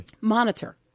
monitor